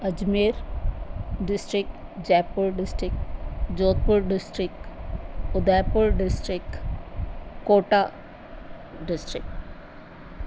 Ajmer district Jaipur district Jodhpur district Udaipur district Kota district